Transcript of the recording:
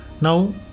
Now